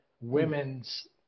women's